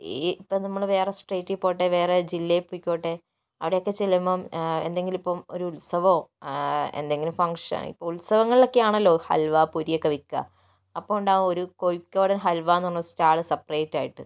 ഈ ഇപ്പോൾ നമ്മള് വേറെ സ്റ്റേറ്റിൽപ്പോകട്ടെ വേറെ ജില്ലയിൽ പൊയ്ക്കോട്ടെ അവിടെയൊക്കെ ചെല്ലുമ്പോൾ എന്തെങ്കിലുമിപ്പോൾ ഒരു ഉത്സവമോ എന്തെങ്കിലും ഫങ്ഷൻ ഇപ്പോൾ ഉത്സവങ്ങളിലൊക്കെയാണല്ലോ ഹൽവ പൊരിയൊക്കെ വിൽക്കുക അപ്പോൾ ഉണ്ടാവും ഒരു കോഴിക്കോടൻ ഹൽവയെന്നു പറഞ്ഞൊരു സ്റ്റാള് സെപ്പറേറ്റായിട്ട്